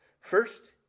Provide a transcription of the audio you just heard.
First